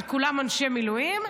כולם אנשי מילואים.